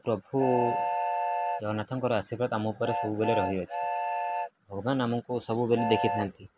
ପ୍ରଭୁ ଜଗନ୍ନାଥଙ୍କର ଆଶୀର୍ବାଦ ଆମ ଉପରେ ସବୁବେଳେ ରହିଅଛି ଭଗବାନ ଆମକୁ ସବୁବେଳେ ଦେଖିଥାନ୍ତି